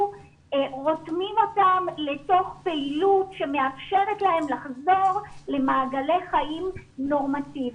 רותמים אותם לתוך פעילות שמאפשרת להם לחזור למעגלי חיים נורמטיביים.